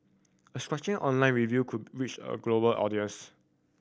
a scathing online review could reach a global audience